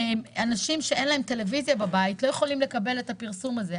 אנשים שאין להם טלוויזיה בבית לא יכולים לקבל את הפרסום הזה,